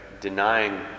Denying